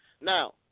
Now